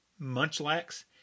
Munchlax